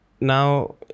Now